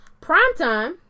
Primetime